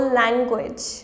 language